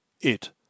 It